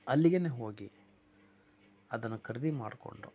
ಅಲ್ಲಿಗೇ ಹೋಗಿ ಅದನ್ನು ಖರೀದಿ ಮಾಡಿಕೊಂಡು